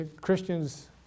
Christians